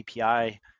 API